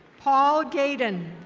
paul gaiden.